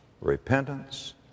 repentance